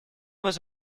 was